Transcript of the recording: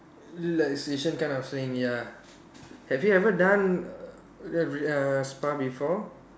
relaxation kind of thing ya have you ever done uh spa before